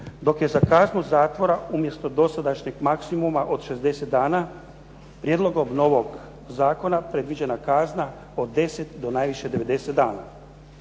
dok je za kaznu zatvora umjesto dosadašnjeg maksimuma od 60 dana prijedlogom novog zakona predviđena kazna od 10 do najviše 90 dana.